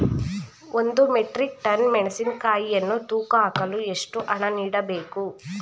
ಒಂದು metric ton ಮೆಣಸಿನಕಾಯಿಯನ್ನು ತೂಕ ಹಾಕಲು ಎಷ್ಟು ಹಣ ನೀಡಬೇಕು?